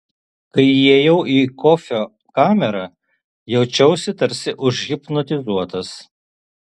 kai įėjau į kofio kamerą jaučiausi tarsi užhipnotizuotas